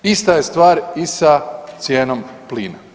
Ista je stvar i sa cijenom plina.